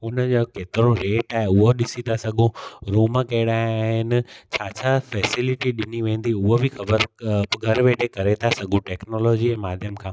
हुनजो केतिरो रेट आहे हूअ ॾिसी था सघूं रुम कहिड़ा आहिनि छा छा फ़ेसिलिटी ॾिनी वेंदी हूअ बि ख़बर घर वेठे करे था सघूं टेक्नोलॉजीअ माध्यम खां